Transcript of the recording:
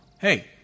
Hey